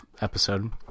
episode